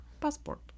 passport